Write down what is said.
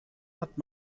hat